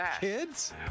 kids